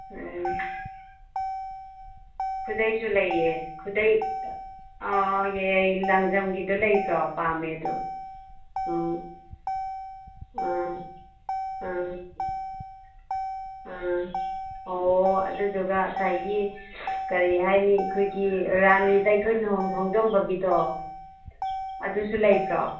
ꯎꯝ ꯈꯨꯗꯩꯁꯨ ꯂꯩꯌꯦ ꯈꯨꯗꯩ ꯑꯣ ꯂꯪꯖꯝꯒꯤꯗ ꯂꯩꯇ꯭ꯔꯣ ꯄꯥꯝꯃꯦ ꯑꯗꯨ ꯎꯝ ꯑ ꯑ ꯑ ꯑꯣ ꯑꯗꯨꯗꯨꯒ ꯉꯁꯥꯏꯒꯤ ꯀꯔꯤ ꯍꯥꯏꯅꯤ ꯑꯩꯈꯣꯏꯒꯤ ꯔꯥꯅꯤꯗ ꯑꯩꯈꯣꯏ ꯂꯨꯍꯣꯡ ꯈꯣꯡꯗꯣꯡꯕꯒꯤꯗꯣ ꯑꯗꯨꯁꯨ ꯂꯩꯕ꯭ꯔꯣ